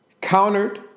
countered